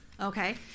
okay